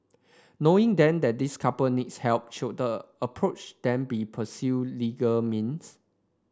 knowing then that this couple needs help should approach then be pursue legal means